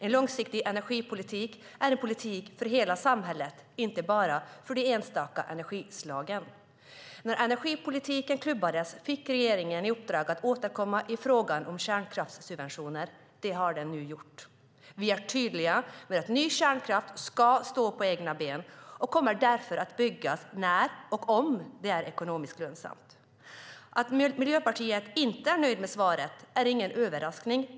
En långsiktig energipolitik är en politik för hela samhället, inte bara för de enstaka energislagen. När energipolitiken klubbades fick regeringen i uppdrag att återkomma i frågan om kärnkraftssubventioner, och det har den nu gjort. Vi är tydliga med att ny kärnkraft ska stå på egna ben och därför kommer att byggas när och om det är ekonomiskt lönsamt. Att Miljöpartiet inte är nöjt med svaret är inte precis någon överraskning.